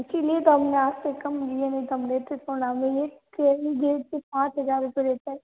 इसी लिए ही तो हम ने आप से कम लिए हैं नहीं तो हम हम एक गेट के पाँच हज़ार रूपये रहता हैं